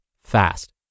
fast